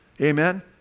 Amen